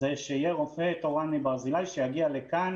יהיה רופא תורן מברזילי שיגיע לכאן,